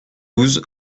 douze